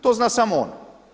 To zna samo on.